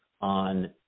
on